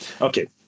okay